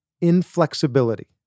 inflexibility